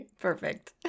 Perfect